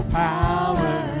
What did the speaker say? power